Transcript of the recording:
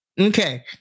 okay